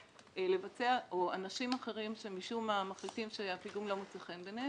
או אנשים אחרים שמשום מה מחליטים שהפיגום לא מוצא חן בעיניהם,